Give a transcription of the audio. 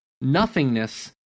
nothingness